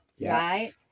Right